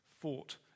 fought